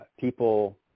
people